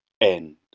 end